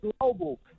global